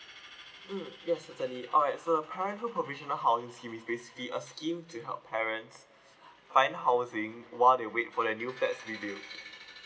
mm yes certainly alright so the parenthood provisional housing scheme is basically a scheme to help parents find housing while they wait for the new flats to be built